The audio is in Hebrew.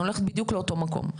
אני הולכת בדיוק לאותו מקום.